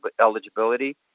eligibility